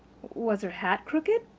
was her hat crooked?